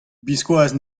biskoazh